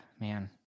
man